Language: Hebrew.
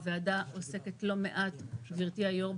הוועדה עוסקת לא מעט, גברתי היושבת-ראש,